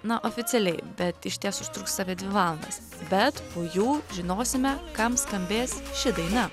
na oficialiai bet išties užtruks apie dvi valandas bet po jų žinosime kam skambės ši daina